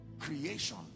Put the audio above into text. Creation